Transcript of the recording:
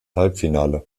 halbfinale